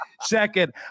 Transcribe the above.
Second